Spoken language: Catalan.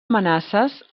amenaces